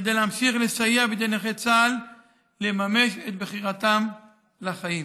להמשיך לסייע בידי נכי צה"ל לממש את בחירתם בחיים.